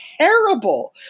terrible